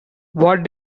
what